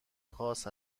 خاص